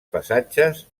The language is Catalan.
passatges